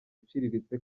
uciriritse